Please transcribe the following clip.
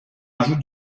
ajoutent